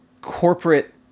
corporate